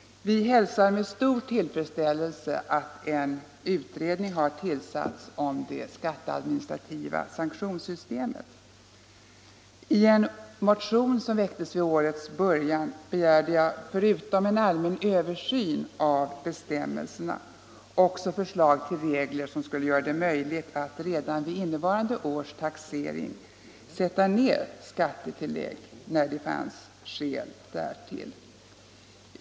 Vi hälsar med stor tillfredsställelse att en utredning har tillsatts om det skatteadministrativa sanktionssystemet. I en motion som väcktes vid årets början begärde jag förutom en allmän översyn av bestämmelserna också förslag till regler som skulle göra det möjligt att redan vid innevarande års taxering sätta ner skattetillägg när det finns skäl därtill.